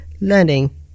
learning